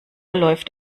läuft